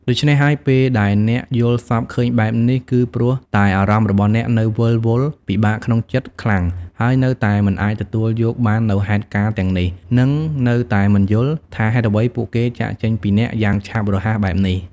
ដូច្នេះហើយ ពេលដែលអ្នកយល់សប្តិឃើញបែបនេះ គឺព្រោះតែអារម្មណ៍របស់អ្នក នៅវិលវល់ ពិបាកក្នុងចិត្តខ្លាំង ហើយនៅតែមិនអាចទទួលយកបាននូវហេតុការណ៍ទាំងនេះ និងនៅតែមិនយល់ ថាហេតុអ្វីពួកគេចាកចេញពីអ្នក យ៉ាងឆាប់រហ័សបែបនេះ។